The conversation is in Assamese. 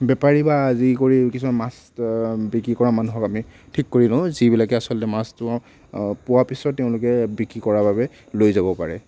বেপাৰি বা কৰি কিছুমান মাছ বিক্ৰী কৰা মানুহক আমি ঠিক কৰি লওঁ যিবিলাকে আচলতে মাছটো পোৱা পাছত তেওঁলোকে বিক্ৰী কৰাৰ বাবে লৈ যাব পাৰে